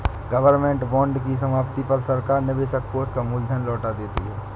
government bond की समाप्ति पर सरकार निवेशक को उसका मूल धन लौटा देती है